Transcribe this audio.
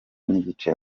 n’igice